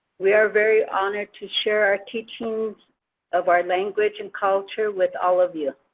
we are very honored to share our teachings of our language and culture with all of you